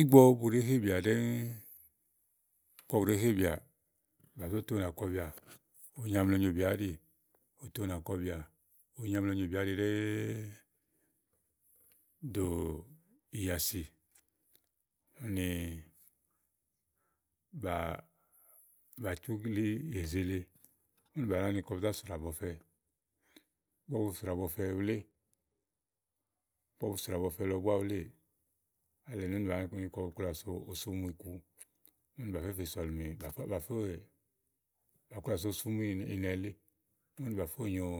ígbɔ bu ɖèé hebìà ɖɛ́ŋúú, ígbɔ buɖèé hebìà, bà zó to ùnà kɔbìà onyo amlɛ nyobìà áɖì, oto ùnà kɔbìà, onyo amlɛ nyobìà áɖi ɖɛ́ɛ dò ìyìàsì úni bà, bà tú blíí èzele. Bà nɔ̀ ni kɔ bu zá srà bɔfɛ. Ígbɔ bu srà bɔfɛ wuléè, ígbɔ bu srà bɔfɛ lɔ búá wuléè, alɛnèene úni bàá ni kɔ bu kplabìà so osumuì ku úni bà fè sɔ̀lìmè kása bà féè bà kplià fè osumuì ìnɛ̀ɛ lèe, úni bà fó nyòo